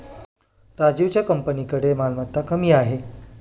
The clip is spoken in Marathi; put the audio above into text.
राजीवच्या कंपनीकडे मालमत्ता कमी आहे